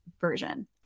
version